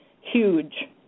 huge